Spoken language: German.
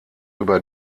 über